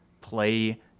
play